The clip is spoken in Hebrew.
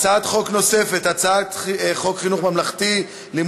הצעת חוק נוספת: הצעת חוק חינוך ממלכתי (תיקון,